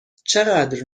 چقدر